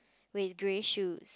with grey shoes